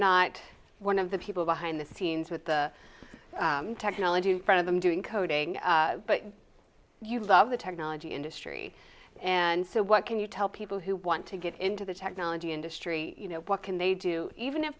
not one of the people behind the scenes with the technology front of them doing coding but you love the technology industry and so what can you tell people who want to get into the technology industry you know what can they do even if